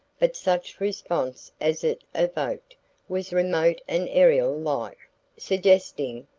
but such response as it evoked was remote and ariel-like, suggesting,